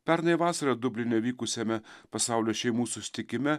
pernai vasarą dubline vykusiame pasaulio šeimų susitikime